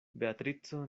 beatrico